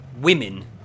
Women